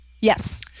Yes